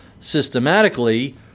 systematically